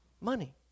Money